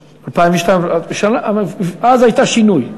אז הייתה שינוי.